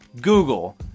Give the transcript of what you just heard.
Google